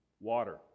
water